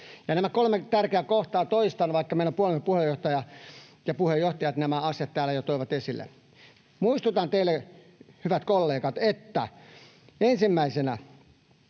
nämä kolme tärkeää kohtaa toistan, vaikka meidän puolueen puheenjohtajat nämä asiat täällä jo toivat esille. Muistutan teille, hyvät kollegat: Ensimmäisenä: